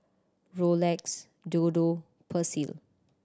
Rolex Dodo Persil